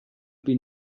been